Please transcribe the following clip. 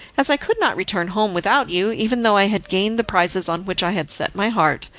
as i could not return home without you, even though i had gained the prizes on which i had set my heart,